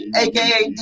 aka